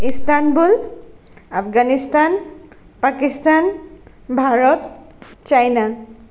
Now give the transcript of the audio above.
Istanbul Afghanistan Pakistan Bharat China